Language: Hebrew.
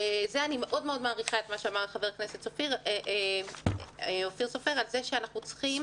וזה אני מאוד מעריכה את מה שאמר ח"כ סופר על זה שאנחנו צריכים